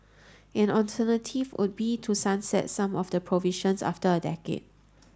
an alternative would be to sunset some of the provisions after a decade